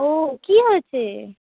ও কি হয়েছে